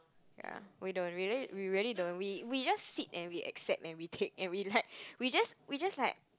ya we don't really we really don't we we just sit and we accept and we take we like we just we just like